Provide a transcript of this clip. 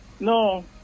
No